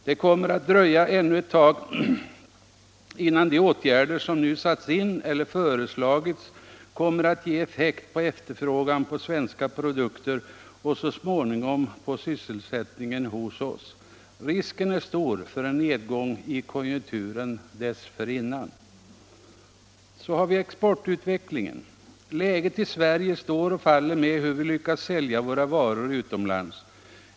Det kommer att dröja ännu ett tag innan de åtgärder som nu satts in eller föreslagits kommer att ge effekt på efterfrågan på svenska produkter och så småningom på sysselsättningen hos oss. Risken är stor för en nedgång i konjunkturen dessförinnan. Exportutvecklingen. Läget i Sverige står och faller med hur vi lyckas sälja våra varor utomlands.